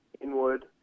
Inwood